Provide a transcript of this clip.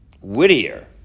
Whittier